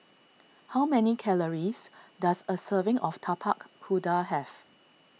how many calories does a serving of Tapak Kuda have